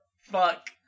Fuck